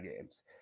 games